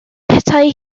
petai